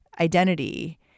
identity